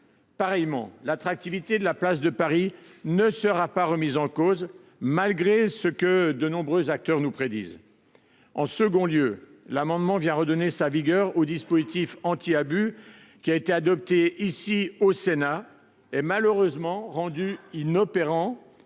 De même, l’attractivité de la place de Paris ne sera pas remise en cause, malgré ce que de nombreux acteurs nous prédisent. Ensuite, l’amendement tend à redonner sa vigueur au dispositif anti abus qui a été adopté, ici, au Sénat, et qui a malheureusement été rendu inopérant